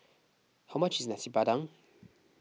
how much is Nasi Padang